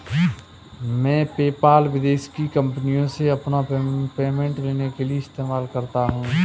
मैं पेपाल विदेश की कंपनीयों से अपना पेमेंट लेने के लिए इस्तेमाल करता हूँ